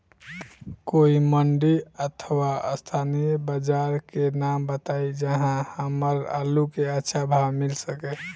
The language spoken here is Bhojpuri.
कोई मंडी अथवा स्थानीय बाजार के नाम बताई जहां हमर आलू के अच्छा भाव मिल सके?